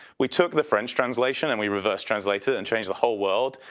we took the french translation and we reverse translated it and changed the whole world.